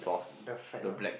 the fat one